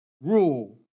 Rule